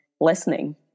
listening